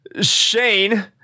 Shane